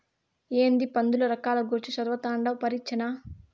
ఏందీ పందుల రకాల గూర్చి చదవతండావ్ పరీచ్చనా